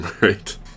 Right